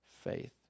faith